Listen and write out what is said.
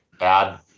add